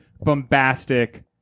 bombastic